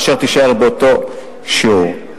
אשר תישאר באותו שיעור.